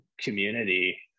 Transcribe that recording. community